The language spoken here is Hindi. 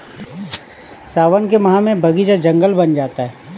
सावन के माह में बगीचा जंगल बन जाता है